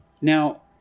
Now